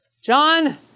John